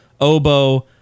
Oboe